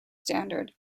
standard